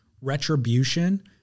retribution